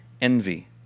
envy